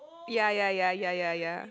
ya ya ya ya ya ya